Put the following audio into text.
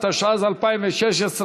התשע"ז 2016,